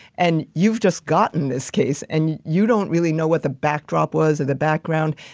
and you've just gotten this case, and you don't really know what the backdrop was in the background.